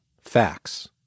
facts